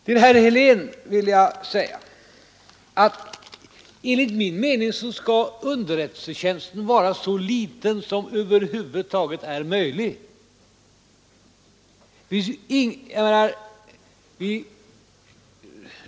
Till herr Helén vill jag säga att enligt min mening skall underrättelsetjänsten vara så liten som det över huvud taget är möjligt.